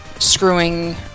screwing